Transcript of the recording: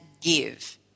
give